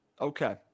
Okay